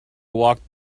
walked